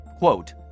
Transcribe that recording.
Quote